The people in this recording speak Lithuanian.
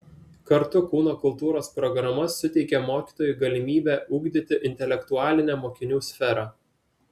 kartu kūno kultūros programa suteikia mokytojui galimybę ugdyti intelektualinę mokinių sferą